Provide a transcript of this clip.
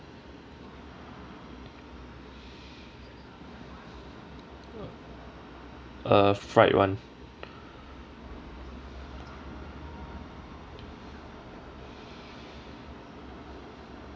uh fried [one]